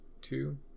two